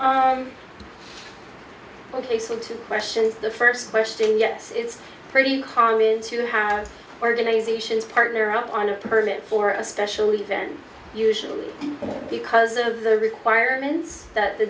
from ok so two questions the first question yes it's pretty hard to have organizations partner up on a permit for a special event usually because of the requirements that the